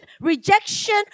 rejection